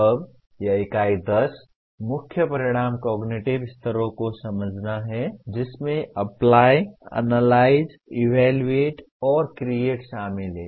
अब यह इकाई 10 मुख्य परिणाम कॉगनिटिव स्तरों को समझना है जिसमें अप्लाई एनालाइज इवैल्यूएट और क्रिएट शामिल हैं